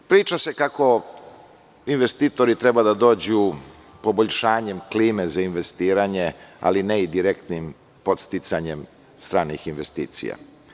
Priča se kako investitori treba da dođu poboljšanjem klime za investiranje, ali ne i direktnim podsticanjem stranih investicija.